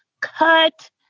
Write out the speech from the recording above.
cut